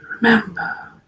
remember